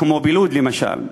כמו בלוד, למשל,